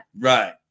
right